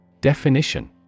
Definition